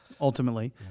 Ultimately